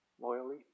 loyally